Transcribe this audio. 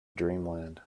dreamland